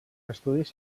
estudis